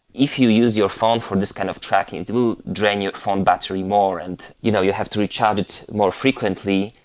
if you use your phone for this kind of tracking, you drain your phone battery more and you know you have to recharge it more frequently,